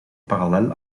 parallel